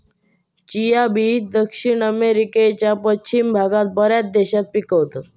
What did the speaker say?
chia बी दक्षिण अमेरिकेच्या पश्चिम भागात बऱ्याच देशात पिकवतत